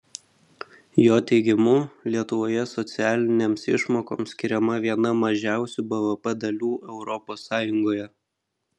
jo teigimu lietuvoje socialinėms išmokoms skiriama viena mažiausių bvp dalių europos sąjungoje